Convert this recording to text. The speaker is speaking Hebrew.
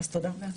אז תודה.